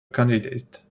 candidate